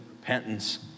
repentance